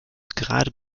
gerade